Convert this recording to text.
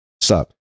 stop